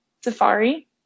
safari